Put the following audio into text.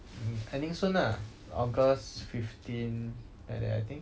ending soon lah august fifteen like that I think